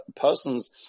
person's